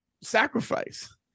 sacrifice